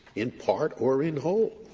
in part or in whole.